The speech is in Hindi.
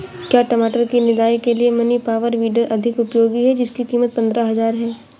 क्या टमाटर की निदाई के लिए मिनी पावर वीडर अधिक उपयोगी है जिसकी कीमत पंद्रह हजार है?